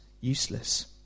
useless